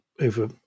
over